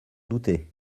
doutais